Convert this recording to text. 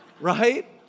Right